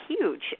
huge